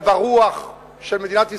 זה ברוח של מדינת ישראל,